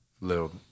little